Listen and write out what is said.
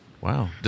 Wow